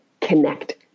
connect